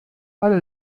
alle